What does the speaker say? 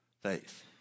faith